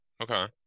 Okay